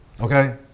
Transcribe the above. okay